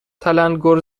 تلنگور